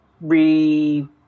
re